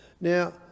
Now